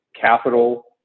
capital